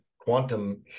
quantum